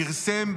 פרסם,